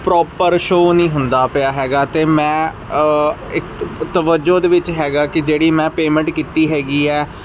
proper show ਨਹੀਂ ਹੁੰਦਾ ਪਿਆ ਹੈਗਾ ਅਤੇ ਮੈਂ ਇੱਕ ਤਵੱਜੋ ਦੇ ਵਿੱਚ ਹੈਗਾ ਕਿ ਜਿਹੜੀ ਮੈਂ ਪੇਮੈਂਟ ਕੀਤੀ ਹੈਗੀ ਆ